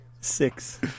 Six